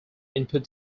input